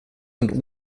und